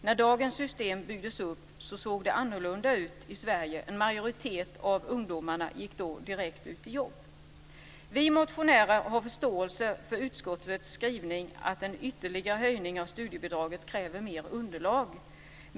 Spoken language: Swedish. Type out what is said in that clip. När dagens system byggdes upp såg det annorlunda ut i Sverige. En majoritet av ungdomarna gick då direkt ut i jobb. Vi motionärer har förståelse för utskottets skrivning att en ytterligare höjning av studiebidraget kräver mer underlag.